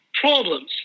problems